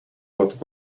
what